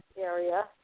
area